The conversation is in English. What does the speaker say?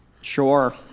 Sure